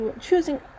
choosing